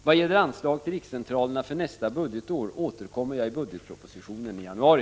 Vad gäller anslag till rikscentralerna för nästa budgetår återkommer jag i budgetpropositionen i januari.